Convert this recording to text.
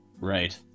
Right